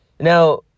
Now